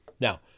Now